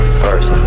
first